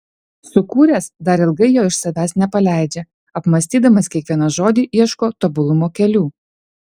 sukūręs dar ilgai jo iš savęs nepaleidžia apmąstydamas kiekvieną žodį ieško tobulumo kelių